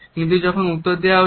কিন্তু যখন উত্তর দেওয়া হচ্ছে